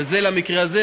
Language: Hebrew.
וזה למקרה הזה.